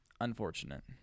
unfortunate